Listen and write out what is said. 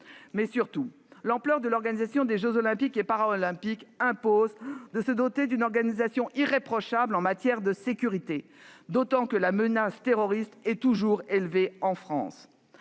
Surtout, l'ampleur des jeux Olympiques et Paralympiques impose de se doter d'une organisation irréprochable en matière de sécurité, d'autant que la menace terroriste est toujours élevée en France.